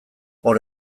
hor